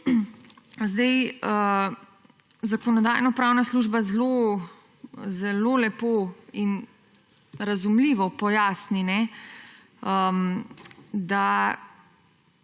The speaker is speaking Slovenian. Zakonodajno-pravna služba zelo lepo in razumljivo pojasni, da